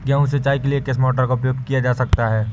गेहूँ सिंचाई के लिए किस मोटर का उपयोग किया जा सकता है?